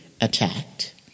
attacked